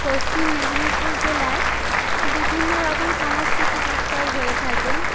পশ্চিম মেদিনীপুর জেলায় বিভিন্নরকম সাংস্কৃতিক উৎসব হয়ে থাকে